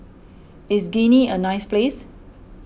is Guinea a nice place